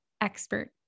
expert